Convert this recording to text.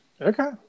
Okay